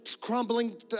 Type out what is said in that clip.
crumbling